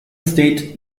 state